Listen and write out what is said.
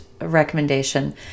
recommendation